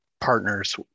partners